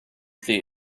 the